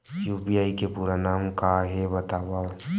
UPI के पूरा नाम का हे बतावव?